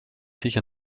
sicher